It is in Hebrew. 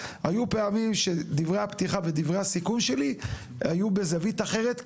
היו פעמים שדברי הפתיחה ודברי הסיכום שלי היו בזווית אחרת,